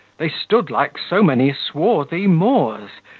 they stood like so many swarthy moors,